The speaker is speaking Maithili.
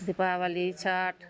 दीपावली छठ